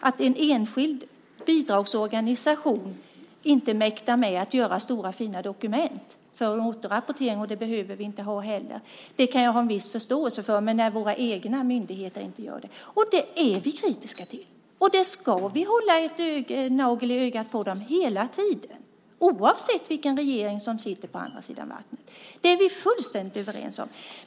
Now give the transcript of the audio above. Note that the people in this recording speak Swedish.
Att en enskild bidragsorganisation inte mäktar med att göra stora fina dokument för en återrapportering kan jag ha en viss förståelse för, och det behöver vi inte ha heller, men att våra egna myndigheter inte gör det är inte bra. Det är vi kritiska till, och vi ska hålla en nagel i ögat på dem hela tiden, oavsett vilken regering som sitter på andra sidan vattnet. Det är vi fullständigt överens om.